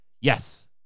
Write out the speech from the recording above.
yes